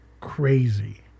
crazy